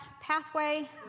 pathway